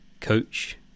coach